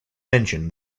mention